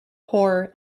horror